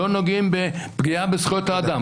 לא נוגעים בפגיעה בזכויות האדם.